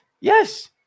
Yes